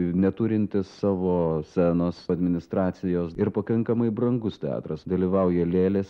neturintis savo scenos administracijos ir pakankamai brangus teatras dalyvauja lėlės